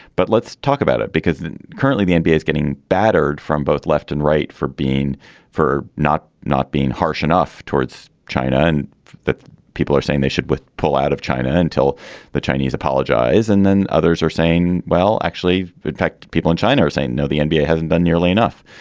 but let's talk about it because currently the nba is getting battered from both left and right for being for not not being harsh enough towards china and the people are saying they should pull out of china until the chinese apologize and then others are saying well actually affect people in china are saying no the nba hasn't done nearly enough.